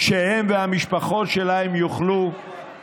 שהם והמשפחות שלהם יוכלו